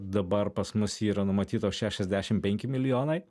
dabar pas mus yra numatytos šešiasdešim penki milijonai